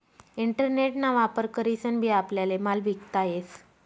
internet ना वापर करीसन बी आपल्याले माल विकता येस